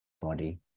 body